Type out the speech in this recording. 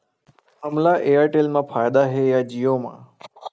हमला एयरटेल मा फ़ायदा हे या जिओ मा?